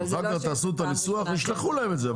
אחר כך תעשו את הניסוח וישלחו להם את זה,